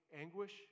anguish